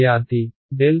విద్యార్థి ∇∇